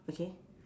okay